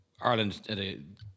Ireland